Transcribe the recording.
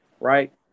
right